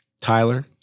Tyler